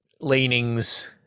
leanings